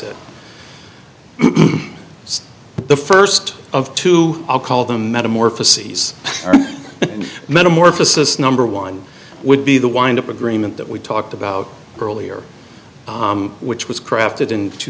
it the first of two i'll call the metamorphosis metamorphosis number one would be the wind up agreement that we talked about earlier which was crafted in two